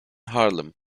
harlem